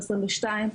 22,